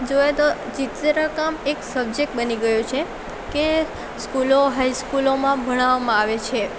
જોઈએ તો ચિત્રકામ એક સબ્જેક્ટ બની ગયો છે કે સ્કૂલો હાઈસ્કૂલોમાં ભણાવવામાં આવે છે